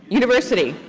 university.